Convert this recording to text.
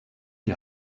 die